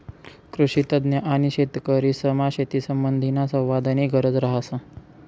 कृषीतज्ञ आणि शेतकरीसमा शेतीसंबंधीना संवादनी गरज रहास